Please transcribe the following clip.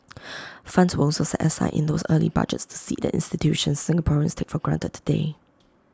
funds were also set aside in those early budgets to seed the institutions Singaporeans take for granted today